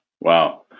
wow